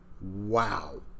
wow